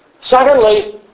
Secondly